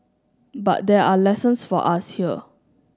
but there are lessons for us here